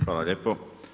Hvala lijepo.